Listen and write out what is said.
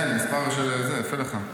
כן, מספר של זה, יפה לך.